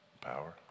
power